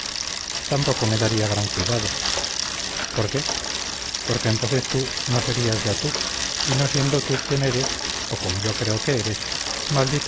tampoco me daría gran cuidado por qué porque entonces tú no serías ya tú y no siendo tú quien eres o como yo creo que eres maldito